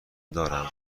دارم